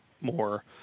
more